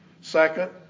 Second